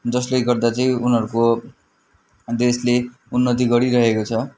जसले गर्दा चाहिँ उनीहरूको देशले उन्नति गरिरहेको छ